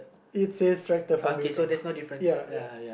it says tractor for me too ya ya